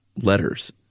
letters